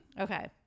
okay